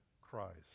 Christ